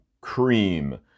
cream